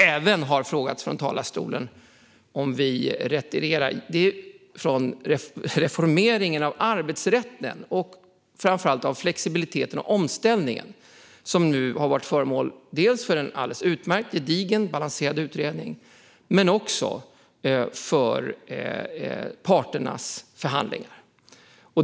Man har också frågat här i debatten om vi har retirerat från reformeringen av arbetsrätten och särskilt från frågan om flexibilitet i omställningen. Detta har ju nu blivit föremål för en gedigen och balanserad utredning och för parternas förhandlingar.